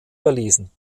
verlesen